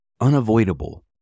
unavoidable